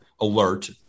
alert